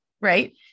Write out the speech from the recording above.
right